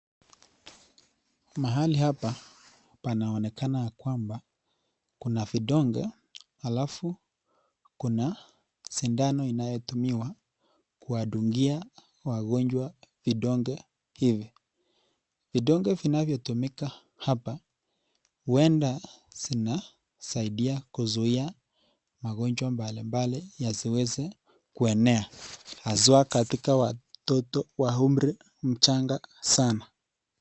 Mahali hapa panaonekana kwamba kuna vidonge, alafu kuna sindano inayotumiwa kuwadungia wagonjwa vidonge hivi. Vidonge vinanyo tumika hapa, huwenda zinasaidia kuzuia magonjwa mbali mbali yasiweze kuenea haswa katika watoto wa umri mchanga sana.